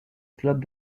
club